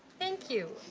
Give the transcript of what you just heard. thank you.